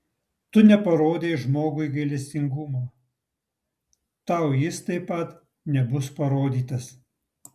tu neparodei žmogui gailestingumo tau jis taip pat nebus parodytas